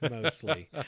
mostly